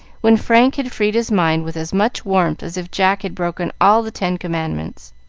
when frank had freed his mind with as much warmth as if jack had broken all the ten commandments.